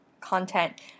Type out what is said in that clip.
content